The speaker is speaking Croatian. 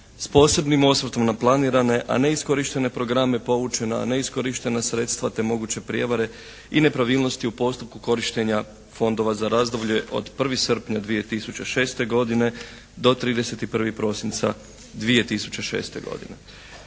posebnim osvrtom na planirane, a neiskorištene programe poučena neiskorištena sredstva te moguće prijevare i nepravilnosti u postupku korištenja fondova za razdoblje od 1. srpnja 2006. godine do 31. prosinca 2006. godine.